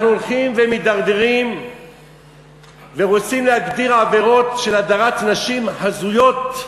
אנחנו הולכים ומידרדרים ורוצים להגדיר עבירות של הדרת נשים הזויות.